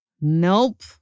Nope